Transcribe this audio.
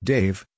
Dave